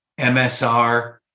MSR